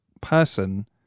person